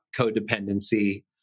codependency